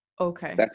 Okay